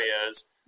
areas